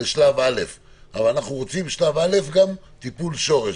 לשלב א' אבל אנחנו רוצים בשלב א' גם טיפול שורש,